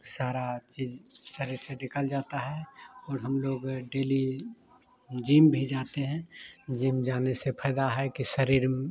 सारी चीज़ शरीर से निकल जाती है और हम लोग डेली जिम भी जाते हैं जिम जाने से फ़ायदा है कि शरीर में